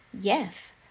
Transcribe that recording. yes